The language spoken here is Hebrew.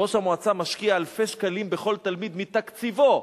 ראש המועצה משקיע אלפי שקלים בכל תלמיד, מתקציבו,